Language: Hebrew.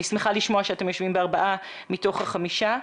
אני שמחה לשמוע שאתם יושבים בארבעה צוותים מתוך החמישה.